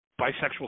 bisexual